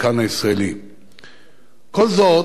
כל זה מלווה בסיכון לא קטן מצד המשקיע,